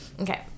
Okay